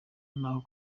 n’aho